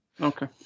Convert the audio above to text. Okay